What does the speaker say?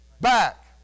back